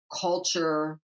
culture